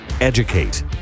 educate